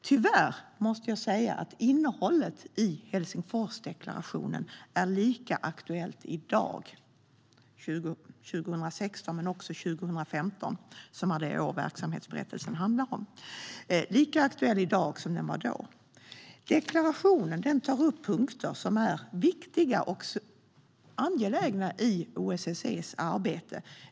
Tyvärr måste jag säga att innehållet i Helsingforsdeklaration är lika aktuellt i dag, 2016 - liksom 2015, som är det år verksamhetsberättelsen handlar om - som det var 1973. Deklarationen tar upp punkter som är viktiga och angelägna i OSSE:s arbete.